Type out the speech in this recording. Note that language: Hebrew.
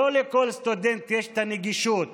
לא לכל סטודנט יש הנגישות